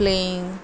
playing